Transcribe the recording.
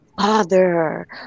father